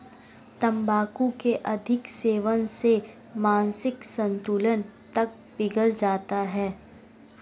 तंबाकू के अधिक सेवन से मानसिक संतुलन तक बिगड़ जाता है